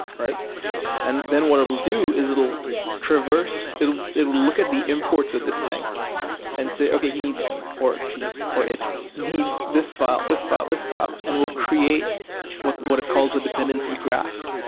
and then what it will do is it will traverse, it will it will look at the imports of this thing and say, okay, he or she or it needs this fi le, this fi le, this fi le, and will create what what it calls a dependency graph.